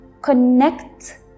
connect